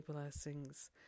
blessings